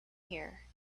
here